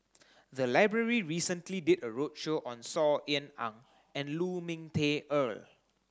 the library recently did a roadshow on Saw Ean Ang and Lu Ming Teh Earl